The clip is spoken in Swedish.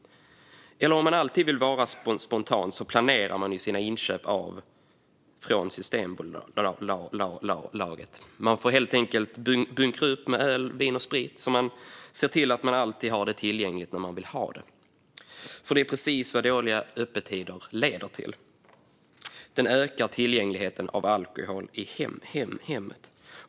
Om man alltid vill vara spontan planerar man sina inköp från Systembolaget. Man får helt enkelt bunkra upp med öl, vin och sprit så att man alltid har det tillgängligt när man vill ha det. Detta är precis vad dåliga öppettider leder till - det ökar tillgängligheten till alkohol i hemmet.